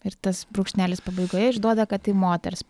ir tas brūkšnelis pabaigoje išduoda kad tai moters